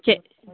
சேரி